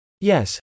Yes